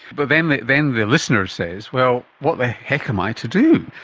but then the then the listener says, well, what the heck am i to do?